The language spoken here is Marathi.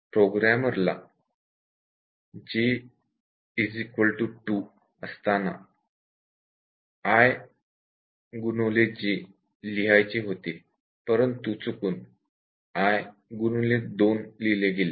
प्रोग्रामर ला j 2 असताना ij लिहायचे होते परंतु चुकून i2 लिहिले गेले